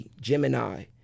Gemini